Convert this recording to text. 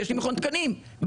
כי יש לי מכון תקנים בארץ,